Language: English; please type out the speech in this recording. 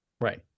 Right